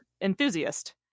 enthusiast